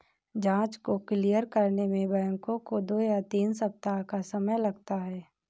जाँच को क्लियर करने में बैंकों को दो या तीन सप्ताह का समय लगता है